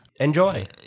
Enjoy